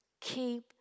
Keep